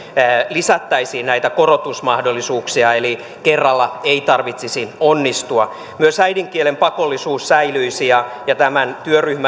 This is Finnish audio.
lisättäisiin myös näitä korotusmahdollisuuksia eli kerralla ei tarvitsisi onnistua myös äidinkielen pakollisuus säilyisi ja tämän työryhmän ehdotuksen